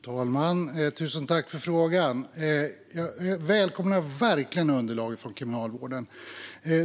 Fru talman! Tusen tack för frågan, ledamoten! Jag välkomnar verkligen underlaget från Kriminalvården.